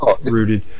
rooted